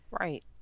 Right